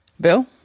Bill